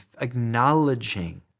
acknowledging